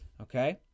okay